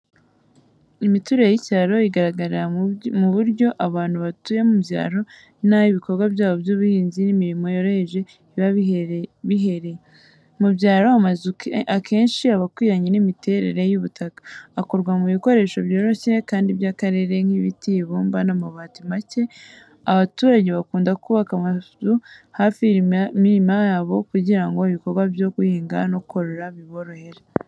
Imiturire y’icyaro igaragarira mu buryo abantu batuye mu byaro n’aho ibikorwa byabo by’ubuhinzi n’imirimo yoroheje biba bihereye. Mu byaro, amazu akenshi aba akwiranye n’imiterere y’ubutaka, akorwa mu bikoresho byoroshye kandi by’akarere, nk’ibiti, ibumba, n’amabati make. Abaturage bakunda kubaka amazu hafi y’imirima yabo kugira ngo ibikorwa byo guhinga no korora biborohere.